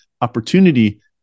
opportunity